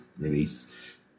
release